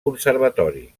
conservatori